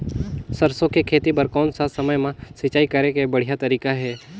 सरसो के खेती बार कोन सा समय मां सिंचाई करे के बढ़िया तारीक हे?